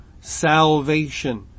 salvation